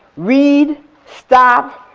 read stop,